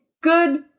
good